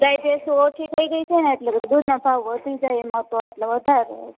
ગાય ભેંસુ ઓછી થઈ છેને એટલે દૂધના ભાવ વધી જાય એમાતો એટલે વધારે